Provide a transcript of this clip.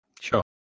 Sure